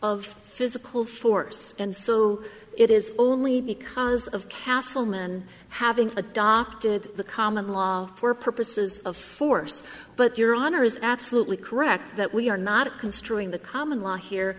of physical force and so it is only because of castleman having adopted the common law for purposes of force but your honor is absolutely correct that we are not construing the common law here